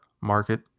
market